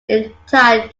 entire